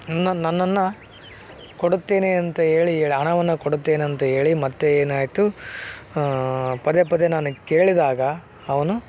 ನನ್ನ ನನ್ನನ್ನು ಕೊಡುತ್ತೇನೆ ಅಂತ ಹೇಳಿ ಹಣವನ್ನ ಕೊಡುತ್ತೇನಂತ ಹೇಳಿ ಮತ್ತೆ ಏನಾಯಿತು ಪದೇ ಪದೇ ನಾನು ಕೇಳಿದಾಗ ಅವನು